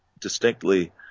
distinctly